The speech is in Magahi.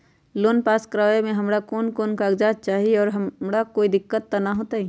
लोन पास करवावे में हमरा कौन कौन कागजात चाही और हमरा कोई दिक्कत त ना होतई?